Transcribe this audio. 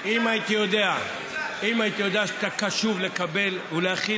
אם הייתי יודע שאתה קשוב לקבל ולהכיל,